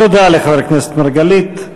תודה לחבר הכנסת מרגלית.